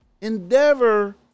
Endeavor